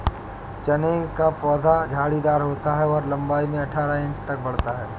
चने का पौधा झाड़ीदार होता है और लंबाई में अठारह इंच तक बढ़ता है